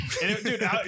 Dude